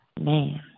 Man